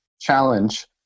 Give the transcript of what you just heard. challenge